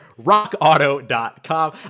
rockauto.com